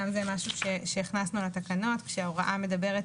גם זה משהו שהכנסנו לתקנות כשההוראה מדברת